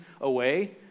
away